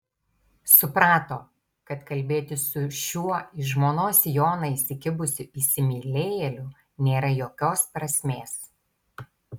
suprato kad kalbėtis su šiuo į žmonos sijoną įsikibusiu įsimylėjėliu nėra jokios prasmės